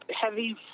Heavy